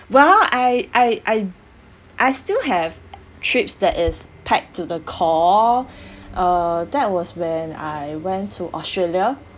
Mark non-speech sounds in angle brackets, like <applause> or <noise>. <laughs> well I I I I still have trips that is packed to the core uh that was when I went to australia